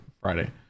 Friday